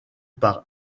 par